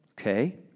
Okay